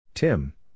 Tim